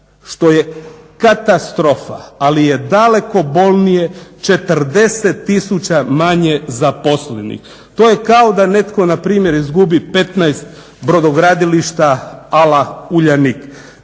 Što je katastrofa! Ali je daleko bolnije 40 tisuća manje zaposlenih. To je kao da netko npr. izgubi 15 brodogradilišta ala Uljanik.